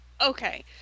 Okay